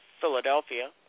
Philadelphia